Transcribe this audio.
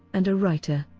and a writer.